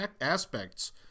aspects